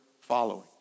following